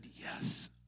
yes